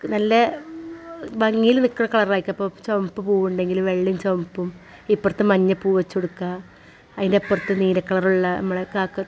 നല്ല ഭംഗിയിൽ നിൽക്കണ കളർ ആയിരിക്കണം ഇപ്പോൾ ചുമപ്പ് പൂ ഉണ്ടെങ്കിൽ വെള്ളയും ചുമപ്പും ഇപ്പുറത്ത് മഞ്ഞപ്പൂ വെച്ചു കൊടുക്കുമതിൻ്റെ ഇപ്പുറത്ത് നീല കളറുള്ള നമ്മളുടെ കാക്ക